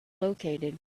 located